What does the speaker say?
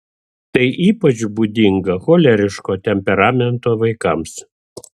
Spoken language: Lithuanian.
tai ypač būdinga choleriško temperamento vaikams